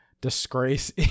disgrace